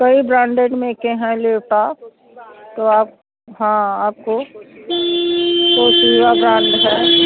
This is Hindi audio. कई ब्रांडेड में के हैं लेपटॉप तो आप हाँ आपको तोशिबा ब्रांड है